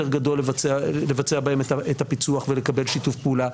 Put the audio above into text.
גדול לבצע בהם את הפיצוח ולקבל שיתוף פעולה.